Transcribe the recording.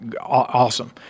awesome